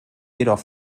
jedoch